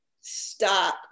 stop